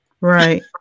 Right